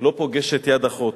לא פוגשת יד אחות?